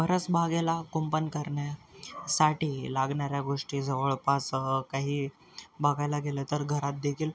परस बागेला कुंपण करण्यासाठी लागणाऱ्या गोष्टी जवळपास काही बघायला गेलं तर घरातदेखील